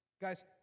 Guys